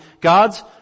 God's